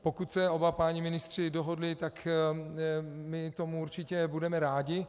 Pokud se oba páni ministři dohodli, tak my tomu určitě budeme rádi.